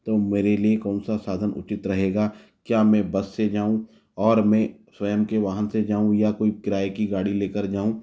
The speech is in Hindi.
तो मेरे लिए कौन सा साधन उचित रहेगा क्या मैं बस से जाऊं और मैं स्वयं के वहाँ से जाऊं या कोई किराये की गाड़ी लेकर जाऊं